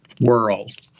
world